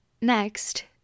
Next